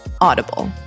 Audible